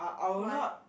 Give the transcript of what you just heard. why